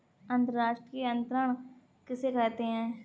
अंतर्राष्ट्रीय अंतरण किसे कहते हैं?